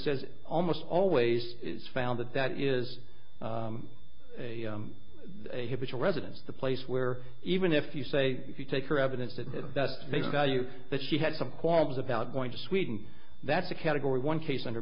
says almost always is found that that is a hidden residence the place where even if you say if you take her evidence that it does because value that she had some qualms about going to sweden that's a category one case under